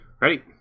Ready